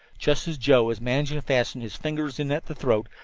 just as joe was managing to fasten his fingers in at the throat,